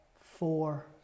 four